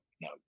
no